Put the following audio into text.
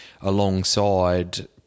alongside